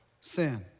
Sin